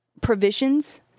provisions